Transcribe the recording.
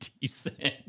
decent